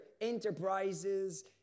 enterprises